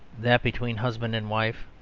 that between husband and wife,